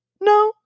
No